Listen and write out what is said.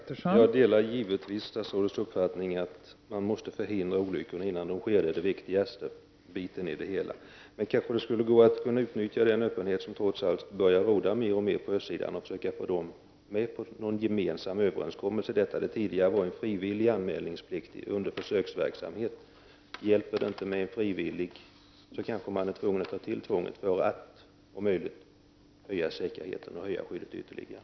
Fru talman! Jag delar givetvis statsrådets uppfattning att det viktigaste är att förhindra olyckorna innan de sker. Det skulle kanske gå att utnyttja den öppenhet som trots allt börjar råda på östsidan och försöka få med staterna där i en gemensam överenskommelse. Anmälningsplikten var frivillig under försöksverksamheten, och om det inte hjälper kanske man måste ta till tvång för att om möjligt öka säkerheten och skyddet ytterligare.